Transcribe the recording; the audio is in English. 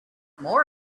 more